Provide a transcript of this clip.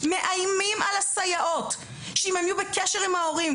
מאיימים על הסייעות שאם הן יהיו בקשר עם ההורים,